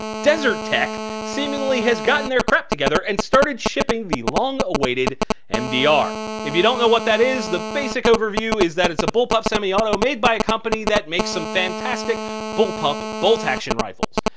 desert tech seemingly has gotten their crap together and started shipping the long awaited mdr. if you don't know what that it's, the basic overview is that it's a bullpup semi auto made by a company that makes some fantastic bull pup bolt action rifles.